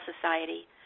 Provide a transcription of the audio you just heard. Society